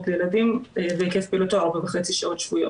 לילדים והיקף פעילותו 4.5 שעות שבועיות.